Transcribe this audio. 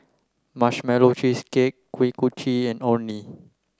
marshmallow cheesecake Kuih Kochi and Orh Nee